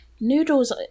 Noodles